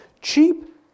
Cheap